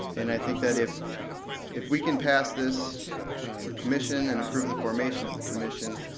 and i think that if if we can pass this commission and approve the formation of the commission,